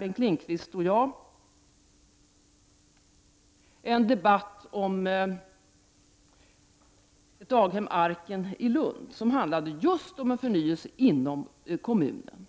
Bengt Lindqvist och jag har tidigare haft en debatt om daghemmet Arken i Lund. Den handlade just om en förnyelse inom kommunen.